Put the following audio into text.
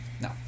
No